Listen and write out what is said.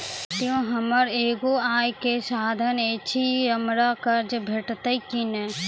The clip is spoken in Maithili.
खेतीये हमर एगो आय के साधन ऐछि, हमरा कर्ज भेटतै कि नै?